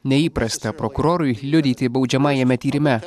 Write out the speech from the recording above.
neįprasta prokurorui liudyti baudžiamajame tyrime